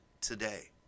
today